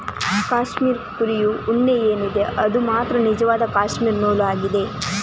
cashmere ಕುರಿಯ ಉಣ್ಣೆ ಏನಿದೆ ಅದು ಮಾತ್ರ ನಿಜವಾದ ಕ್ಯಾಶ್ಮೀರ್ ನೂಲು ಆಗಿದೆ